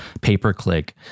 pay-per-click